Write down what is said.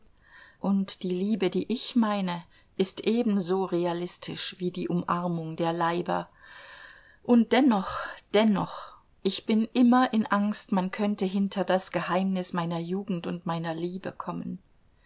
und die liebe die ich meine ist ebenso realistisch wie die umarmung der leiber und dennoch dennoch ich bin immer in angst man könnte hinter das geheimnis meiner jugend und meiner liebe kommen